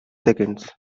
seconds